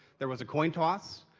there was a coin toss,